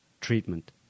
treatment